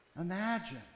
Imagine